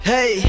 Hey